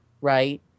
right